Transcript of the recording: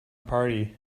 party